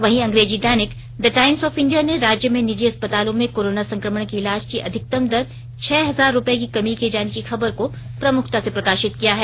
वहीं अंग्रेजी दैनिक द टाईम्स ऑफ इंडिया ने राज्य में निजी अस्पतालों में कोरोना संक्रमण के इलाज की अधिकतम दर में छह हजार रूपये की कमी किये जाने की खबर को प्रमुखता से प्रकाशित किया है